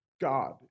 God